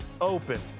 Open